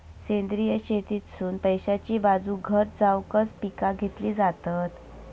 सेंद्रिय शेतीतसुन पैशाची बाजू घट जावकच पिका घेतली जातत